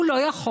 הוא לא יכול,